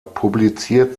publiziert